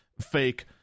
fake